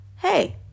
hey